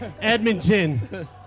Edmonton